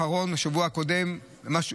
היום?